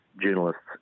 journalists